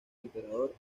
emperador